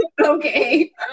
Okay